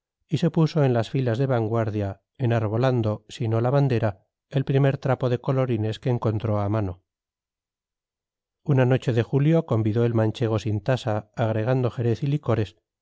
y se puso en las filas de vanguardia enarbolando si no la bandera el primer trapo de colorines que encontró a mano una noche de julio convidó el manchego sin tasa agregando jerez y licores